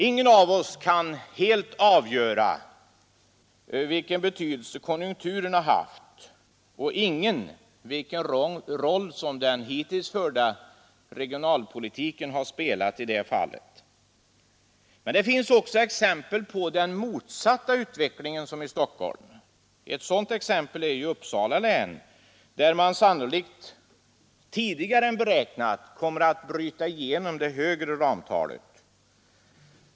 Ingen av oss kan helt avgöra vilken betydelse konjunkturen har haft och ingen kan avgöra vilken roll som den hittills förda regionalpolitiken har spelat i det fallet. Men det finns också exempel på den motsatta utvecklingen. Ett sådant exempel är ju Uppsala län, där man sannolikt tidigare än beräknat kommer att bryta igenom det högre ramtalet.